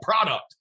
Product